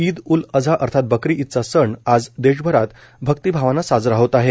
ईद उल अझा अर्थात बकरी ईदचा सण आज देशभर भक्तिभावाने साजरा होत आहे